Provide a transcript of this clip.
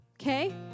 okay